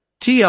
TR